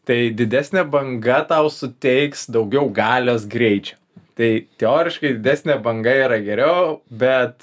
tai didesnė banga tau suteiks daugiau galios greičio tai teoriškai didesnė banga yra geriau bet